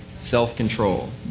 self-control